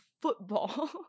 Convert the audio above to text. football